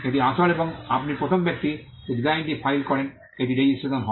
এটি আসল এবং আপনি প্রথম ব্যক্তি যে ডিজাইনটি ফাইল করেন এটি রেজিস্ট্রেশন হয়